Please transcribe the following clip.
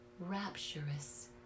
rapturous